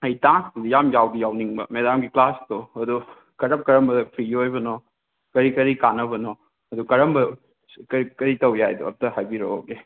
ꯑꯩ ꯇꯥꯛꯄꯗꯣ ꯌꯥꯝ ꯌꯥꯎꯗꯤ ꯌꯥꯎꯅꯤꯡꯕ ꯃꯦꯗꯥꯝꯒꯤ ꯀ꯭ꯂꯥꯁꯇꯣ ꯑꯗꯣ ꯀꯔꯝ ꯀꯔꯝꯕ ꯐ꯭ꯔꯤ ꯑꯣꯏꯕꯅꯣ ꯀꯔꯤ ꯀꯔꯤ ꯀꯥꯟꯅꯕꯅꯣ ꯑꯗꯨ ꯀꯔꯝꯕ ꯀꯔꯤ ꯀꯔꯤ ꯇꯧ ꯌꯥꯏꯗꯣ ꯑꯃꯇ ꯍꯥꯏꯕꯤꯔꯛꯑꯣꯒꯦ